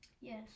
Yes